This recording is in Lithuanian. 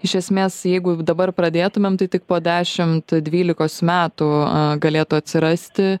iš esmės jeigu dabar pradėtumėm tai tik po dešimt dvylikos metų galėtų atsirasti